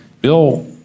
Bill